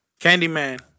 Candyman